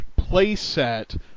playset